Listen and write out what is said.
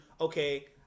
okay